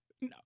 No